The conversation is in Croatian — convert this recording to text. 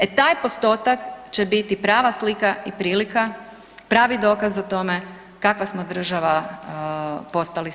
E taj postotak će biti prava slika i prilika, pravi dokaz o tome kakva smo država postali sada.